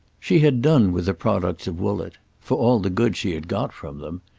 she had done with the products of woollett for all the good she had got from them.